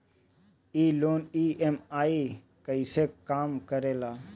ई loan EMI कईसे काम करेला?